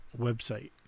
website